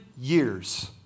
years